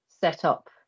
setup